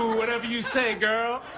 whatever you say, girl